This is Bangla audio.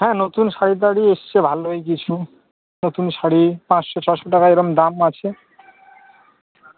হ্যাঁ নতুন শাড়ি টাড়ি এসছে ভালোই কিছু নতুন শাড়ি পাঁচশো ছশো টাকা এরম দাম আছে